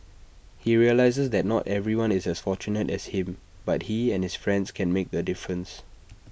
he realises that not everyone is as fortunate as him but he and his friends can make A difference